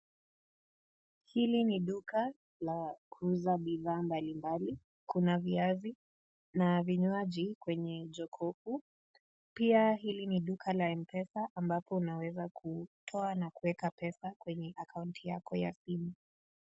Hili ni duka la kuuza bidhaa mbalimbali kuna viazi na vinywaji kwenye jokoo huu. Pia hili ni duka la mpesa ambapo unaweza kutoa na kuweka pesa kwenye akaunti yako ya simu.